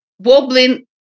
Wobbling